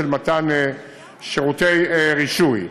של מתן שירותי רישוי.